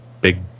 big